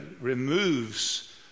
removes